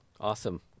Awesome